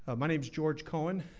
ah my name is george cohen,